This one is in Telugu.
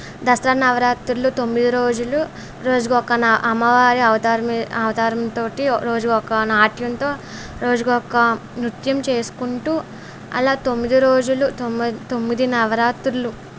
దసరా నవరాత్రులు తొమ్మిది రోజులు రోజుకు ఒకన అమ్మవారి అవతారం అవతారం తోటి రోజు ఒక నాట్యంతో రోజుకు ఒక్క నృత్యం చేసుకుంటూ అలా తొమ్మిది రోజులు తొమ్మిది నవరాత్రులు